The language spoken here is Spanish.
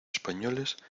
españoles